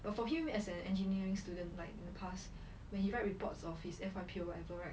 but for him as an engineering student like in the past when he write reports of his F_Y_P or whatever right